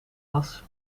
was